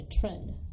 trend